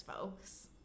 folks